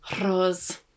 rose